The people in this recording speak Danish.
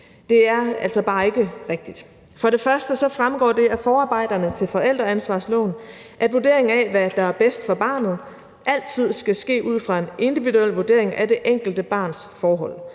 Det er altså bare ikke rigtigt. For det første fremgår det af forarbejderne til forældreansvarsloven, at vurderingen af, hvad der er bedst for barnet, altid skal ske ud fra en individuel vurdering af det enkelte barns forhold.